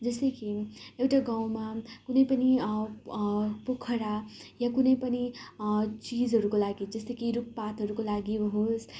जस्तै कि एउटा गाउँमा कुनै पनि पोखरा या कुनै पनि चिजहरूको लागि जस्तो कि रुखपातहरूको लागि होस्